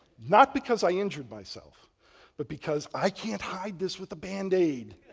not because i injured myself but because i can't hide this with a band aid,